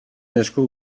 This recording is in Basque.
esku